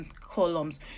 columns